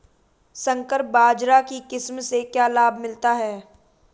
संकर बाजरा की किस्म से क्या लाभ मिलता है?